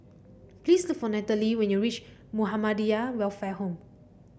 please look for Nataly when you reach Muhammadiyah Welfare Home